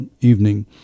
evening